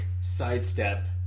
sidestep